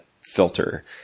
filter